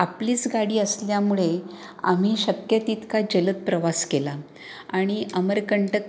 आपलीच गाडी असल्यामुळे आम्ही शक्यतितका जलद प्रवास केला आणि अमरकंटक